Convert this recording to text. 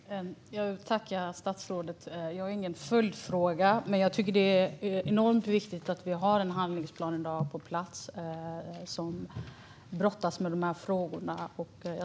Herr talman! Jag vill tacka statsrådet för svaret. Jag har ingen följdfråga, men jag vill säga att jag tycker att det är enormt viktigt att vi har en handlingsplan på plats i dag som brottas med de här frågorna.